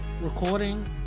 recording